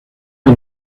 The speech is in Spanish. del